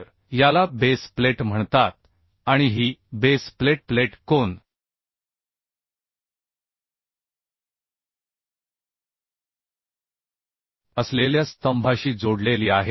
तर याला base plate म्हणतात आणि ही बेस प्लेट प्लेट कोन असलेल्या स्तंभाशी जोडलेली आहे